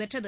பெற்றது